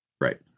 Right